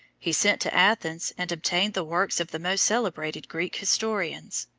he sent to athens and obtained the works of the most celebrated greek historians,